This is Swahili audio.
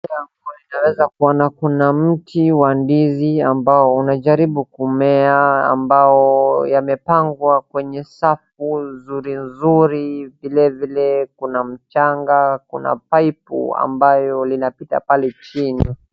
Tunaweza kuona kuna mti wa ndizi ambao unajaribu kumea na ambao yamepangwa kwenye safu nzuri nzuri vile vile kuna mchanga, kuna paipu ambayo linapita pale chini.